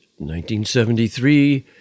1973